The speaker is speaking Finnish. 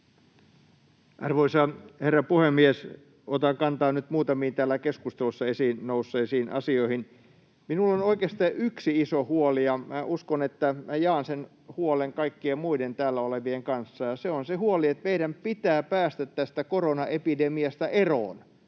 Arvoisa herra puhemies! Otan kantaa nyt muutamiin täällä keskustelussa esiin nousseisiin asioihin. Minulla on oikeastaan yksi iso huoli, ja minä uskon, että minä jaan sen huolen kaikkien muiden täällä olevien kanssa, ja se on se huoli, että meidän pitää päästä tästä koronaepidemiasta eroon.